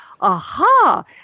aha